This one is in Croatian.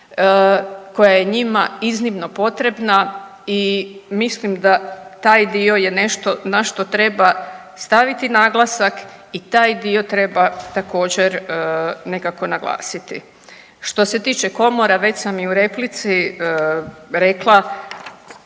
koja je njima iznimno potrebna. I mislim da taj dio je nešto na što treba staviti naglasak i taj dio treba također nekako naglasiti. Što se tiče komora već sam i u replici rekla